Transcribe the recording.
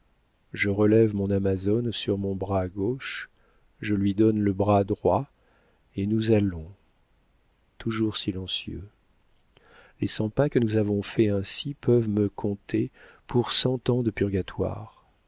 je relève mon amazone sur mon bras gauche je lui donne le bras droit et nous allons toujours silencieux les cent pas que nous avons faits ainsi peuvent me compter pour cent ans de purgatoire